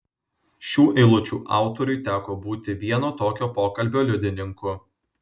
šių eilučių autoriui teko būti vieno tokio pokalbio liudininku